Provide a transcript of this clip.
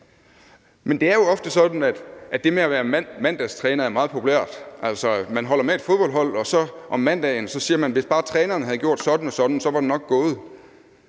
Men det er jo ofte sådan, at det med at være mandagstræner er meget populært. Altså, man holder med et fodboldhold, og om mandagen siger man så, at hvis bare træneren havde gjort sådan og sådan, var det nok gået.